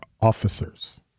officers